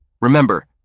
Remember